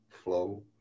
flow